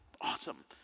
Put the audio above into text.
Awesome